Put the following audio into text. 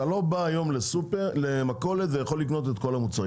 אתה לא בא היום למכולת ויכול לקנות את כל המוצרים.